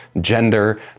gender